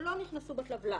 שלא נכנסו לטבלה.